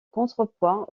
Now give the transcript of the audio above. contrepoids